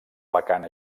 vacant